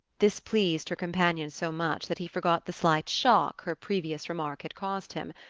this pleased her companion so much that he forgot the slight shock her previous remark had caused him.